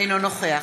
אינו נוכח